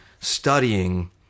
studying